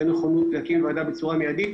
נכונות להקים ועדה בצורה מיידית.